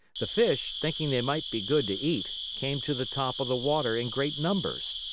the fish, thinking they might be good to eat, came to the top of the water in great numbers.